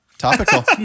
Topical